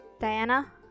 Diana